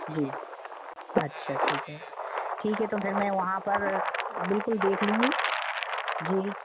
जी अच्छा ठीक है ठीक है तो फिर मैं वहाँ पर बिल्कुल देख लूँगी जी